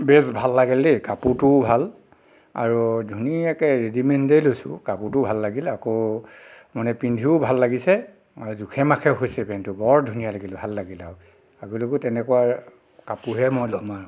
বেচ ভাল লাগিল দেই কাপোৰটোও ভাল আৰু ধুনীয়াকৈ ৰেডিমেডেই লৈছোঁ কাপোৰটো ভাল লাগিল আকৌ মানে পিন্ধিও ভাল লাগিছে জোখে মাখে হৈছে পেণ্টটো বৰ ধুনীয়া লাগিল ভাল লাগিল আৰু আগলৈকেও তেনেকুৱা কাপোৰহে মই ল'ম আৰু